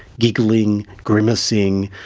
giggling, grimacing,